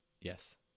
yes